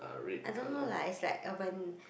I don't know lah it's like urban